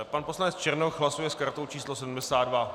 Pan poslanec Černoch hlasuje s kartou číslo 72.